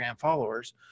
followers